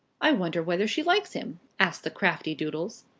i wonder whether she likes him? asked the crafty doodles.